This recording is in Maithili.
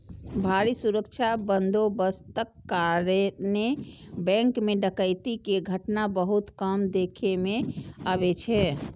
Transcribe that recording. भारी सुरक्षा बंदोबस्तक कारणें बैंक मे डकैती के घटना बहुत कम देखै मे अबै छै